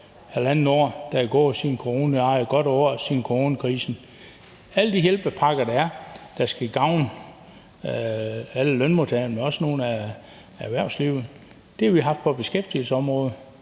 eller godt et år, der er gået, siden coronakrisen begyndte. Alle de hjælpepakker, der skal gavne lønmodtagerne, men også noget af erhvervslivet, har vi haft på beskæftigelsesområdet,